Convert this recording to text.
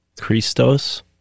Christos